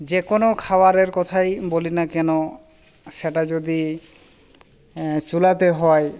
যে কোনো খাওয়ারের কথাই বলি না কেন সেটা যদি চুলাতে হয়